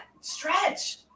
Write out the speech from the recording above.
Stretch